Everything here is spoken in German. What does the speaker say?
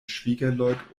schwiegerleut